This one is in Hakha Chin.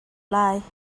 lai